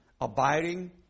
abiding